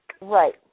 Right